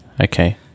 Okay